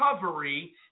recovery